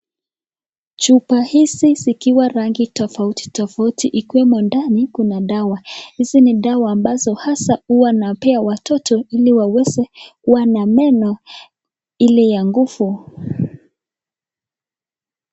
Chupa hizi zikiwa rangi tafauti tafauti zikiwemo ndani kuna dawa , hizi ni dawa huwa napewa watoto hili waweze kuwa na meno ile ya nguvu.